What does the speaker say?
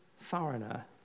foreigner